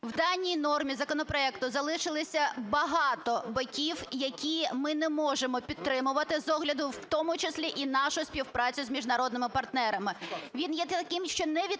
В даній нормі законопроекту залишилися багато боків, які ми не можемо підтримувати з огляду в тому числі і нашої співпраці з міжнародними партнерами. Він є таким, що не відповідає